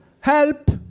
Help